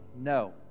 no